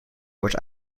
wordt